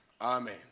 amen